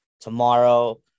tomorrow